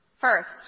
First